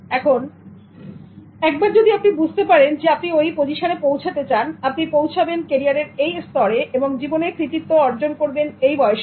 এখন একবার যদি আপনি বুঝতে পারেন আপনি ওই পজিশনে পৌঁছাতে চান আপনি পৌঁছাবেন ক্যারিয়ারের এই স্তরে এবং জীবনে কৃতিত্ব অর্জন করবেন এই বয়সে